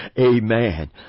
Amen